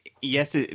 yes